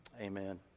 amen